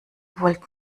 wollt